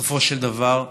בסופו של דבר,